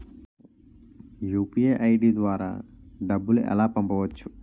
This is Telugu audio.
యు.పి.ఐ ఐ.డి ద్వారా డబ్బులు ఎలా పంపవచ్చు?